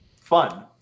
fun